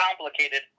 complicated